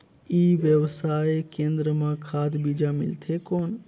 ई व्यवसाय केंद्र मां खाद बीजा मिलथे कौन?